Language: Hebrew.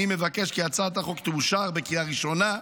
אני מבקש כי הצעת החוק תאושר בקריאה ראשונה.